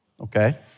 Okay